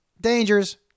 Dangers